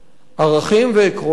ערכים ועקרונות,